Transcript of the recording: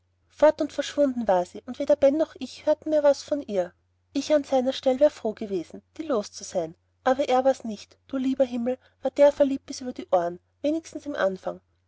fort und verschwunden war sie und weder ben noch ich hörten mehr was von ihr ich an seiner stell war froh gewesen die los zu sein aber er war's nicht du lieber himmel war der verliebt bis über die ohren wenigstens im anfang